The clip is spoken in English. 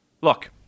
Look